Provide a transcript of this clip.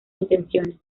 intenciones